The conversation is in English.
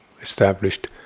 established